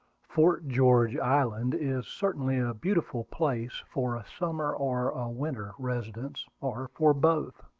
fort george island is certainly a beautiful place for a summer or a winter residence, or for both.